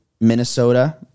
Minnesota